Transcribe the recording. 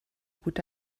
gute